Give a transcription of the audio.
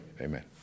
amen